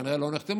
כנראה לא נחתמו,